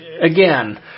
again